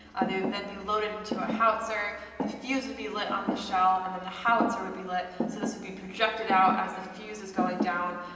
they would then be loaded into a howitzer, the fuse would be lit on the shell, and then the howitzer would be lit. so this would be projected out as the fuse is going down,